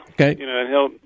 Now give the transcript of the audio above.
Okay